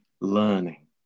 learning